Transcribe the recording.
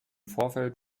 vorfeld